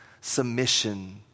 submission